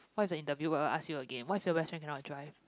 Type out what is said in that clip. what if the interviewer ask you again what if your best friend cannot drive